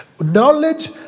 Knowledge